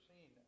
seen